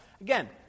Again